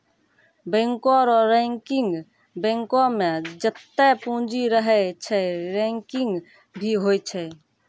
बैंको रो रैंकिंग बैंको मे जत्तै पूंजी रहै छै रैंकिंग भी होय छै